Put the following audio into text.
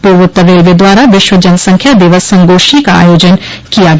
पूर्वोत्तर रेलवे द्वारा विश्व जनसंख्या दिवस संगोष्ठी का आयोजन किया गया